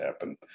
happen